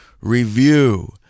Review